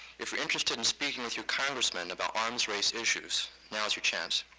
if you're interested in speaking with your congressman about arms race issues, now's your chance.